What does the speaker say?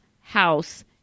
house